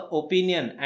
opinion